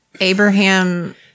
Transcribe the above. abraham